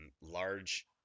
large